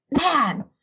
man